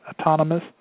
autonomous